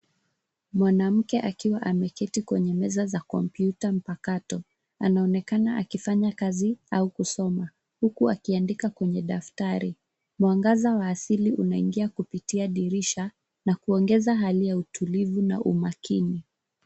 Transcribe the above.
Mwanamke akiwa ameketi kwenye meza za kompyuta mpakato. Anaonekana akifanya kazi au kusoma, huku akiandika kwenye daftari. Mwangaza wa asili unaingia kupitia dirisha na kuongeza hali ya utulivu na umakini.